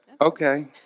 okay